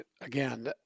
Again